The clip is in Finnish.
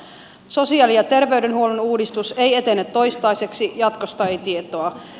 sosiaali ja terveydenhuollon uudistus ei etene toistaiseksi jatkosta ei tietoa